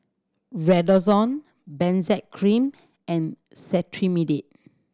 Redoxon Benzac Cream and Cetrimide